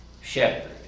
shepherd